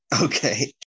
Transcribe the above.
Okay